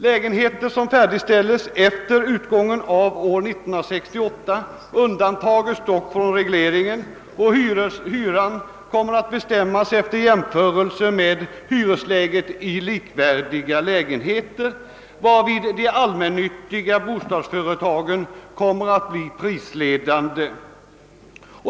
Lägenheter som färdigställs efter utgången av år 1968 undantages dock från regleringen och hyran bestämmes efter jämförelse med hyresläget i likvärdiga lägenheter, varvid de allmännyttiga bostadsföretagen kommer att bli prisledande.